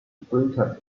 britten